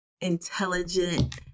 intelligent